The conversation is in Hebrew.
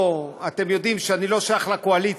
אתם יודעים שאני לא שייך לקואליציה,